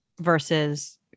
versus